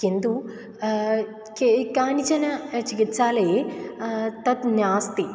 किन्तु के कानिचन चिकित्सालये तत् नास्ति